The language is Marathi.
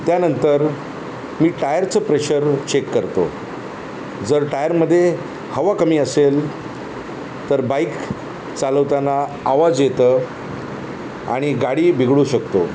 त्यानंतर मी टायरचं प्रेशर चेक करतो जर टायरमध्ये हवा कमी असेल तर बाईक चालवताना आवाज येतो आणि गाडी बिघडू शकतो